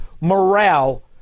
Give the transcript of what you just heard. morale